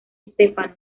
stefano